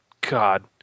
god